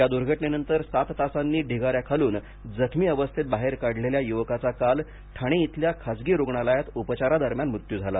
या दुर्घटनेनंतर सात तासांनी ढिगाऱ्याखालून जखमी अवस्थेत बाहेर काढलेल्या युवकाचा काल ठाणे इथल्या खाजगी रुग्णालयात उपचारादरम्यान मृत्यू झाला